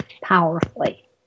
powerfully